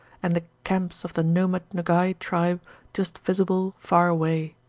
and the camps of the nomad nogay tribe just visible far away.